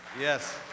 Yes